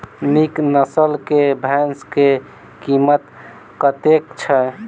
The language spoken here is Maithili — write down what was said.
नीक नस्ल केँ भैंस केँ कीमत कतेक छै?